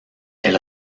elle